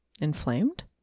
Inflamed